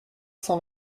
cent